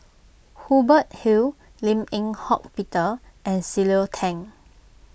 Hubert Hill Lim Eng Hock Peter and Cleo Thang